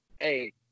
hey